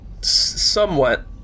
Somewhat